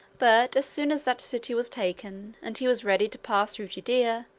but, as soon as that city was taken, and he was ready to pass through judea,